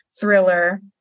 thriller